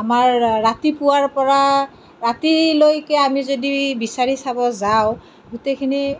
আমাৰ ৰাতিপুৱাৰ পৰা ৰাতিলৈকে আমি যদি বিচাৰি চাব যাওঁ গোটেইখিনি